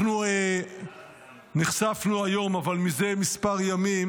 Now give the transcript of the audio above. אנחנו נחשפנו היום, אבל זה כמה ימים,